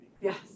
Yes